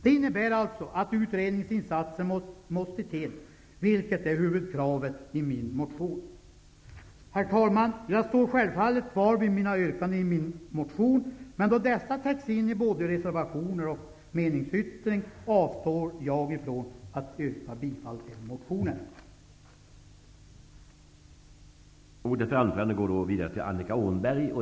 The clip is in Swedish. Det innebär alltså att utredningsinsatser måste till, vilket är huvudkravet i min motion. Herr talman! Jag står självfallet kvar vid yrkandena i min motion, men då dessa täcks av både reservationer och meningsyttring, avstår jag ifrån att yrka bifall till motionen. Det är en orimlighet att samer mot ortsbefolkning och även samer mot samer i rättstvister skall reda upp det som i många fall är ett resultat av en undermålig myndighetsutövning. Det innebär att utredningsinsatser måste till, vilket är huvudkravet i min motion. Herr talman!